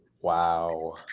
wow